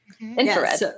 Infrared